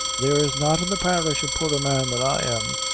there's not in the parish a poorer man than i am.